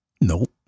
Nope